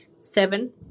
Seven